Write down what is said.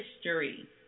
history